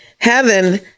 heaven